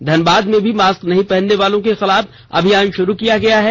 धनबाद में भी मास्क नहीं पहनने वालों के खिलाफ अभियान शुरू किया गया है